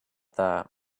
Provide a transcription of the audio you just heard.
that